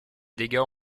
dégâts